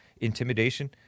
intimidation